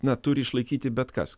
na turi išlaikyti bet kas